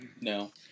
No